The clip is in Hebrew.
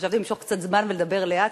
חשבתי למשוך קצת זמן ולדבר לאט,